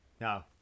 no